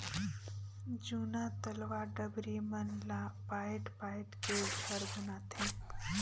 जूना तलवा डबरी मन ला पायट पायट के घर बनाथे